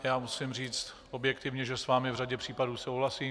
Já musím říct objektivně, že s vámi v řadě případů souhlasím.